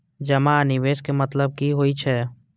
जमा आ निवेश में मतलब कि होई छै?